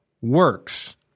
works